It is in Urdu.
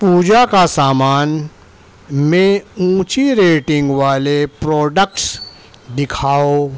پوجا کا سامان میں اونچی ریٹنگ والے پروڈکٹس دکھاؤ